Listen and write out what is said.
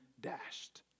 dashed